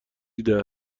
دیده